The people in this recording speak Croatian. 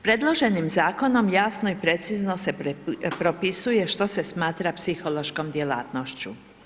Predloženim Zakonom jasno i precizno se propisuje što se smatra psihološkom djelatnošću.